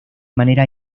manera